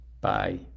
Bye